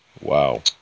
Wow